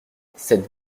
cette